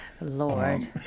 Lord